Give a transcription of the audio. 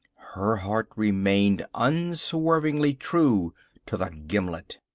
her heart remained unswervingly true to the gimlet.